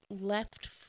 left